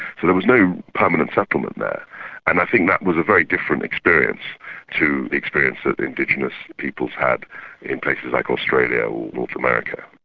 so there was no permanent settlement there and i think that was a very different experience to the experience that indigenous peoples had in places like australia or north america.